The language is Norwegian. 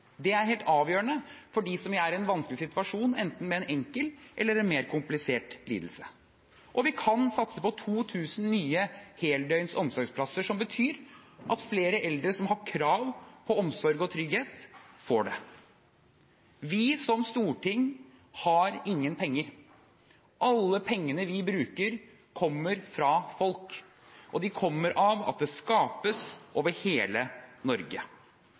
Det er helt avgjørende for dem som er i en vanskelig situasjon, enten med en enkel eller med en mer komplisert lidelse. Og vi kan satse på 2 000 nye heldøgns omsorgsplasser, noe som betyr at flere eldre som har krav på omsorg og trygghet, får det. Vi som storting har ingen penger. Alle pengene vi bruker, kommer fra folk. Og de kommer av at det skapes over hele Norge.